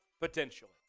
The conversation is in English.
potentially